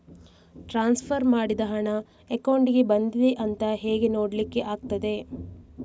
Transfer ಮಾಡಿದ ಹಣ ಅಕೌಂಟಿಗೆ ಬಂದಿದೆ ಅಂತ ಹೇಗೆ ನೋಡ್ಲಿಕ್ಕೆ ಆಗ್ತದೆ?